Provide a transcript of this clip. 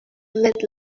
let